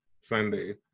Sunday